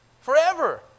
forever